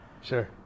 Sure